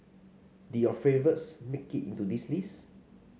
did your favourites make it into this list